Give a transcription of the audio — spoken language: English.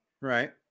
right